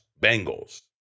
Bengals